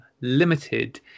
limited